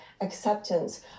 acceptance